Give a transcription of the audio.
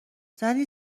زنی